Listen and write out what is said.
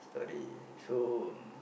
storey so